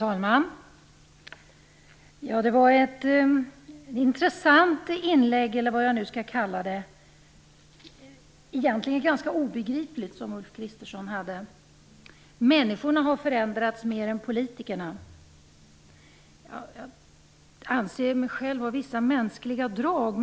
Fru talman! Det var ett intressant inlägg eller vad man nu skall kalla det, egentligen ganska obegripligt, som Ulf Kristersson hade. Han sade att människorna har förändrats mer än politikerna. Själv anser jag mig ha vissa mänskliga drag.